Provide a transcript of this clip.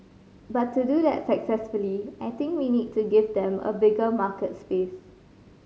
but to do that successfully I think we need to give them a bigger market space